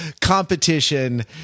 competition